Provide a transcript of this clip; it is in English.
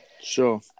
Sure